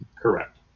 correct